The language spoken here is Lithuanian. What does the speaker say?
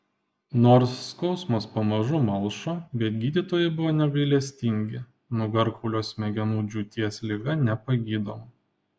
nors skausmas pamažu malšo bet gydytojai buvo negailestingi nugarkaulio smegenų džiūties liga nepagydoma